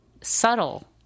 subtle